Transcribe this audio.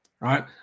right